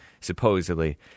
supposedly